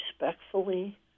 respectfully